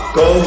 go